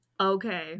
Okay